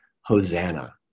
hosanna